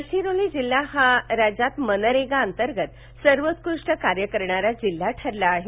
गडचिरोली जिल्हा हा राज्यात मनरेगा अंतर्गत सर्वोत्कृष्ट कार्य करणारा जिल्हा ठरला आहे